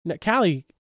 Callie